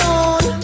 on